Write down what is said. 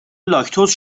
لاکتوز